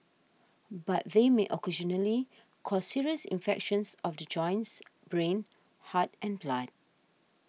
but they may occasionally cause serious infections of the joints brain heart and blood